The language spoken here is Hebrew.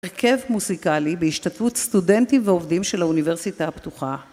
הרכב מוסיקלי בהשתתפות סטודנטים ועובדים של האוניברסיטה הפתוחה